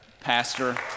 Pastor